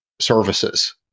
services